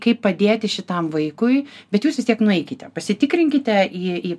kaip padėti šitam vaikui bet jūs vis tiek nueikite pasitikrinkite į į